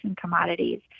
commodities